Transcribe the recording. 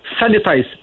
sanitize